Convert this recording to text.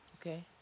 Okay